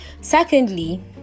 secondly